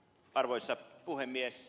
arvoisa puhemies